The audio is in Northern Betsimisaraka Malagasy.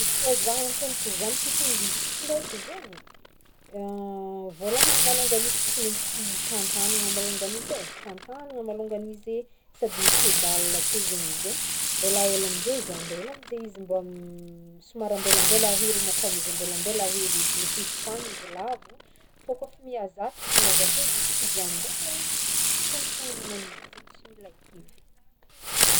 Izy koa ampiagnatry zanakohitengigny bisikilety zegny, vôlôhagny malôngany izy tsy maintsy tantagnagna malôngany izy e, tantagnagna malôngany izy sady mipedale ake zegny izy e, elaela amze izy ambela izy amze izy mba m- somary ambelambela hely môkany izy ambelambela hely izy, mety misy fotoagna izy lavo, fô kô efa mihazatra izy igny avakeo jusk'izy ambela igny vitagny fôgna magnagno izy i zegny tsy mila kivy.